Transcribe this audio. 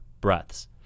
breaths